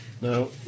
No